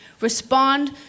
respond